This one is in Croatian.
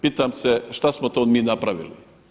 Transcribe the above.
Pitam se šta smo to mi napravili.